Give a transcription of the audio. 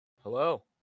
hello